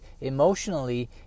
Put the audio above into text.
emotionally